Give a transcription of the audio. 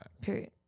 Period